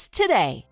today